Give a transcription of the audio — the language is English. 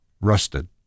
rusted